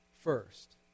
first